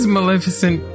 Maleficent